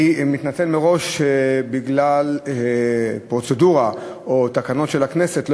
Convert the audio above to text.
אני מתנצל מראש שבגלל פרוצדורה או תקנות של הכנסת לא